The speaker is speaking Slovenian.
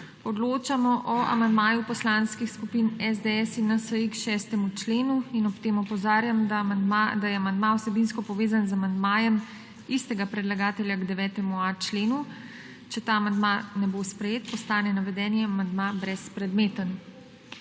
Odločamo o amandmaju Poslanskih skupin SDS in NSi k 6. členu in ob tem opozarjam, da je amandma vsebinsko povezan z amandmajem istega predlagatelja k 9.a členu. Če ta amandma ne bo sprejet, postane navedeni amandma brezpredmeten.